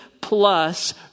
plus